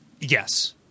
Yes